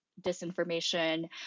disinformation